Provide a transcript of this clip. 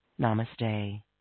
Namaste